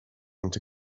into